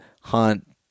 hunt